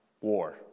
war